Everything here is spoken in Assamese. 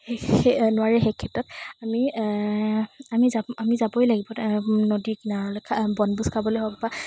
নোৱাৰে সেই ক্ষেত্ৰত আমি আমি আমি যাবই লাগিব নদীৰ কিনাৰলে বনভোজ খাবলৈ হওক বা